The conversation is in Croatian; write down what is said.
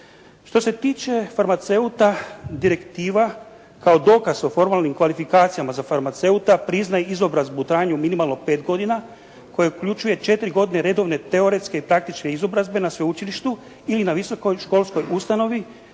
Što se tiče farmaceuta direktiva kao dokaz o formalnim kvalifikacijama za farmaceuta priznaje izobrazbu u trajanju od minimalno 5 godina koje uključuje 4 godine redovne teoretske i praktične izobrazbe na sveučilištu ili na visokoj školskoj ustanovi